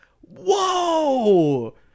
whoa